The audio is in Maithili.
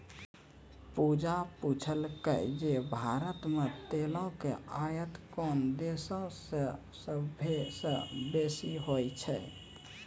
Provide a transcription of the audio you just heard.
पूजा पुछलकै जे भारत मे तेलो के आयात कोन देशो से सभ्भे से बेसी होय छै?